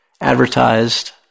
advertised